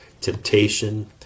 Temptation